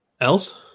Else